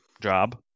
job